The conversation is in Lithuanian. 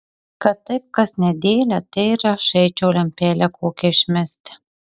kad taip kas nedėlią tai ir aš eičiau lempelę kokią išmesti